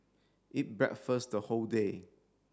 eat breakfast the whole day